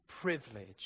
privilege